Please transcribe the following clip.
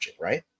right